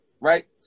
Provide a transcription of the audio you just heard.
right